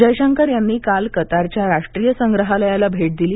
जयशंकर यांनी काल कतारच्या राष्ट्रीय संग्रहालयाला देखील भेट दिली